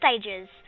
stages